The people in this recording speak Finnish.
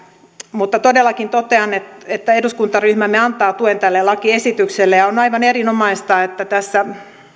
mutta todellakin totean että eduskuntaryhmämme antaa tuen tälle lakiesitykselle ja on aivan erinomaista että tässä